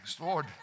Lord